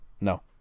No